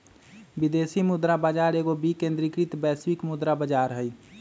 विदेशी मुद्रा बाजार एगो विकेंद्रीकृत वैश्विक मुद्रा बजार हइ